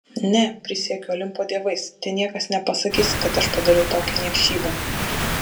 ne prisiekiu olimpo dievais te niekas nepasakys kad aš padariau tokią niekšybę